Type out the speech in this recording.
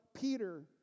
Peter